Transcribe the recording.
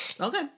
Okay